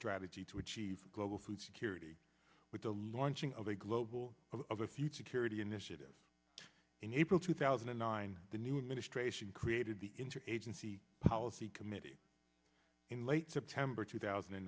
strategy to achieve global food security with the launching of a global of a future curity initiative in april two thousand and nine the new administration created the interagency policy committee in late september two thousand a